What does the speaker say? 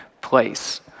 place